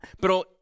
Pero